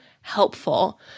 helpful